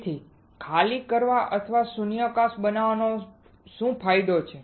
તેથી ખાલી કરાવવા અથવા શૂન્યાવકાશ બનાવવાનો શું ફાયદો છે